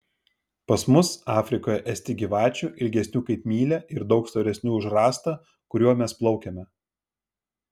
pas mus afrikoje esti gyvačių ilgesnių kaip mylia ir daug storesnių už rąstą kuriuo mes plaukiame